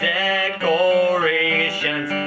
decorations